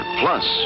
plus